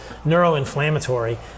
neuroinflammatory